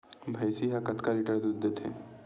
भंइसी हा कतका लीटर दूध देथे?